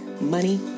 money